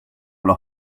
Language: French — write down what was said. leur